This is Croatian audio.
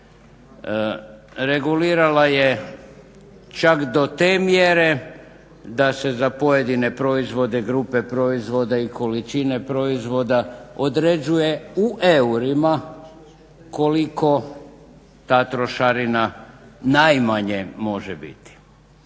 Regulirala je čak do te mjere da se za pojedine proizvode, grupe proizvoda i količine proizvoda određuje u eurima koliko ta trošarina najmanje može biti.